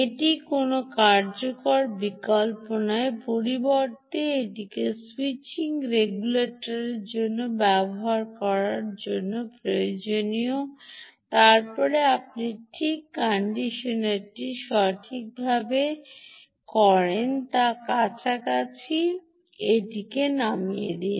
এটি কোনও কার্যকর বিকল্প নয় পরিবর্তে এটিকে স্যুইচিং রেগুলেটরটি ব্যবহার করার জন্য আপনার প্রয়োজনীয় যা প্রয়োজন এবং তারপরে আপনি ঠিক কন্ডিশনারটি সঠিকভাবে করেন তার কাছাকাছি এটিকে নামিয়ে দিন